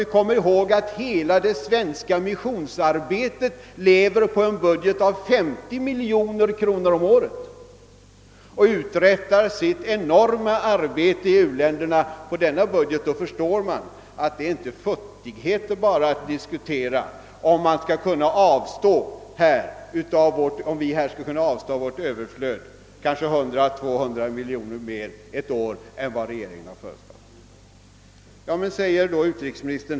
Men om vi betänker att hela den svenska missionen uträttar sitt enorma arbete i u-länderna på en budget om 50 miljoner kronor, så förstår vi att det inte rör sig om futtigheter när vi diskuterar huruvida vi av vårt överflöd skall kunna avstå 100 å 200 miljoner kronor mer ett år än vad regeringen har föreslagit.